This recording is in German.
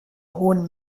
hohen